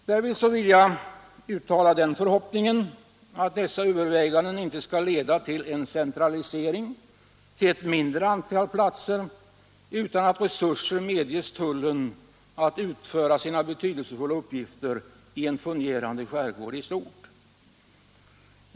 Jag vill emellertid uttala förhoppningen att övervägandena inte skall leda till en centralisering till ett mindre antal platser utan att tullen får resurser att utföra sina betydelsefulla uppgifter i en fungerande skärgård.